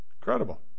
Incredible